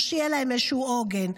או שיהיה להם איזשהו עוגן.